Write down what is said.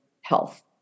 health